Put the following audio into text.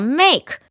make